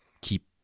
keep